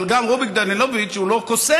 אבל גם רוביק דנילוביץ הוא לא קוסם.